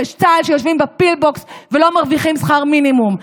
שיושבים בפילבוקס ולא מרוויחים שכר מינימום?